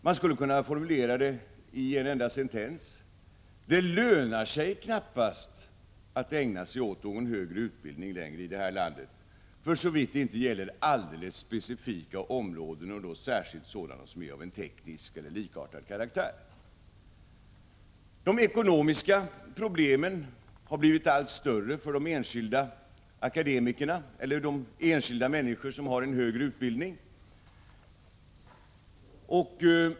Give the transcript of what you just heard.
Man skulle kunna formulera dem i en enda sentens: Det lönar sig knappast längre att ägna sig åt högre utbildning i det här landet, för såvitt det inte gäller alldeles specifika områden, och då särskilt sådana som är av teknisk eller likartad karaktär. De ekonomiska problemen har blivit allt större för akademikerna — de enskilda människor som har en högre utbildning.